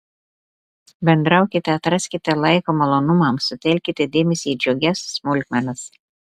bendraukite atraskite laiko malonumams sutelkite dėmesį į džiugias smulkmenas